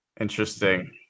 Interesting